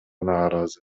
нааразы